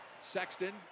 Sexton